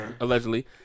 Allegedly